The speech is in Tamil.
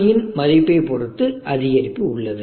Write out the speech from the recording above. RB இன் மதிப்பைப் பொறுத்து அதிகரிப்பு உள்ளது